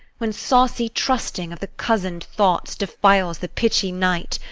when saucy trusting of the cozen'd thoughts defiles the pitchy night.